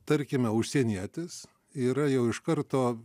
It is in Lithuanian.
tarkime užsienietis yra jau iš karto